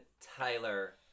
Tyler